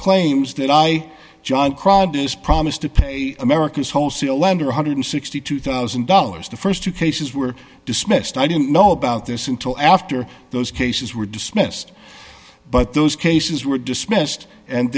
claims that i jon cruddas promise to pay america's wholesale lender one hundred and sixty two thousand dollars the st two cases were dismissed i didn't know about this until after those cases were dismissed but those cases were dismissed and